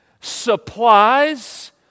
supplies